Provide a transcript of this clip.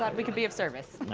ah we can be of service.